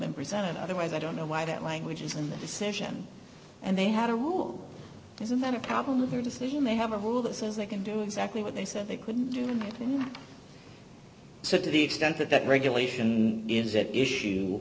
been presented otherwise i don't know why that language is in the decision and they had a rule isn't that a problem with their decision they have a rule that says they can do exactly what they said they couldn't do and so to the extent that that regulation is at issue